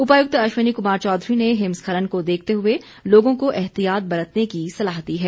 उपायुक्त अश्विनी कुमार चौधरी ने हिमस्खलन को देखते हुए लोगों को एहतियात बरतने की सलाह दी है